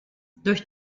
durch